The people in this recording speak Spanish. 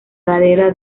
ladera